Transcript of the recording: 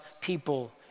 people